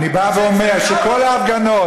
אני בא ואומר שכל ההפגנות,